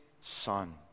son